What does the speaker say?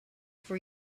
for